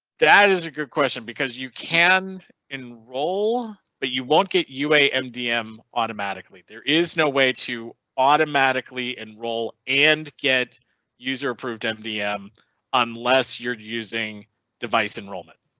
that is a good question. because you can enroll but you won't get you a mdm automatically there is no way to automatically enroll and get user proved mdm unless you're using device enrollment.